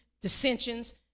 dissensions